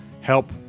help